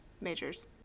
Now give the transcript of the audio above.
majors